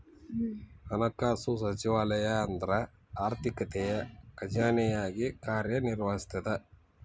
ಹಣಕಾಸು ಸಚಿವಾಲಯ ಅಂದ್ರ ಆರ್ಥಿಕತೆಯ ಖಜಾನೆಯಾಗಿ ಕಾರ್ಯ ನಿರ್ವಹಿಸ್ತದ